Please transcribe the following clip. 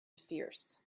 fierce